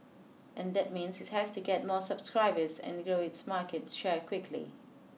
and that means it has to get more subscribers and grow its market share quickly